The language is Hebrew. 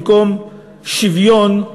במקום שוויון,